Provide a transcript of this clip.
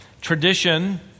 tradition